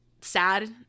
sad